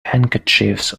handkerchiefs